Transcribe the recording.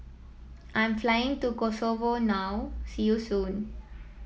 I'm flying to Kosovo now see you soon